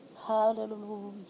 hallelujah